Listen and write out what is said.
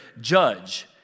judge